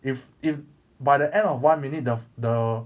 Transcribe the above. if if by the end of one minute the the